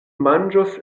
manĝos